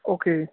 okay